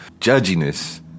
Judginess